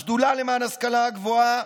השדולה למען ההשכלה הגבוהה